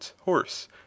horse